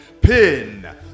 Pin